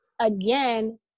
again